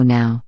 now